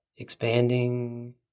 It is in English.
expanding